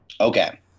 Okay